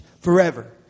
forever